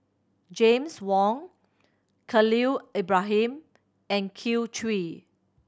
James Wong Khalil Ibrahim and Kin Chui